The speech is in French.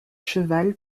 cheval